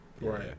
Right